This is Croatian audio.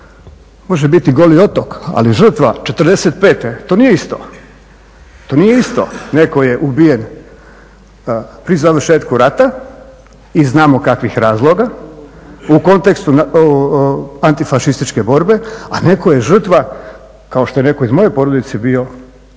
može biti Goli otok, ali žrtva '45. to nije isto. To nije isto. Netko je ubijen pri završetku rata iz znamo kakvih razloga, u kontekstu antifašističke borbe, a netko je žrtva, kao što je netko iz moje porodice bio takvog